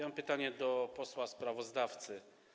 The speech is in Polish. Mam pytanie do posła sprawozdawcy.